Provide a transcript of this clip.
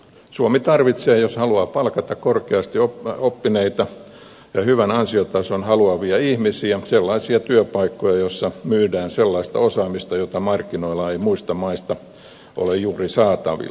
suomi tarvitsee jos haluaa palkata korkeasti oppineita ja hyvän ansiotason haluavia ihmisiä sellaisia työpaikkoja joissa myydään sellaista osaamista jota markkinoilla ei muista maista ole juuri saatavilla